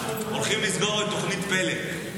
הולכים לסגור את תוכנית פל"א.